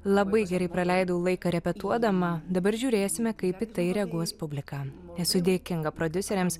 labai gerai praleidau laiką repetuodama dabar žiūrėsime kaip į tai reaguos publika esu dėkinga prodiuseriams